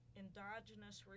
endogenous